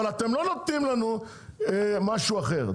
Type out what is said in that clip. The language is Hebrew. אבל אתם לא נותנים לנו משהו אחר.